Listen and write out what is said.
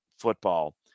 football